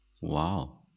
Wow